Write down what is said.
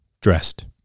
dressed